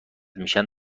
میشن